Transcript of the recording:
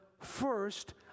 first